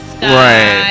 Right